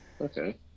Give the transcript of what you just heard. Okay